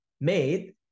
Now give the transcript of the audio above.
made